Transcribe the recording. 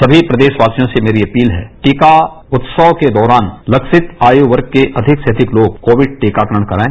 सभी प्रदेश वासियों से मेरी अपील है टीका उत्सव के दौरान लक्षित आयु वर्ग के अधिक से अधिक लोग कोविड टीकाकरण करवाएं